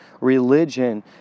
Religion